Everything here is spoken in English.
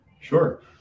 Sure